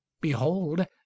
behold